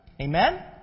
Amen